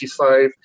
55